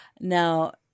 Now